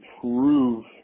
prove